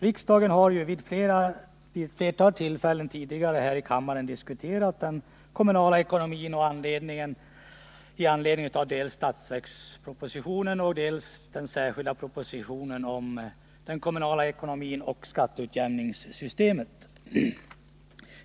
Riksdagen har vid ett flertal tillfällen här i kammaren diskuterat den kommunala ekonomin med anledning av dels statsverkspropositionen, dels den särskilda propositionen om den kommunala ekonomin och skatteutjämningssystemet.